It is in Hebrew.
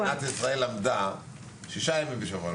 אבל עד עכשיו מדינת ישראל למדה שישה ימים בשבוע.